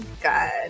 god